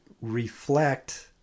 reflect